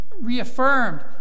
reaffirmed